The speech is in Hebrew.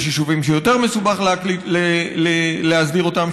יש יישובים שיותר מסובך להסדיר אותם.